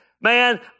man